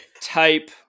type